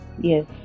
yes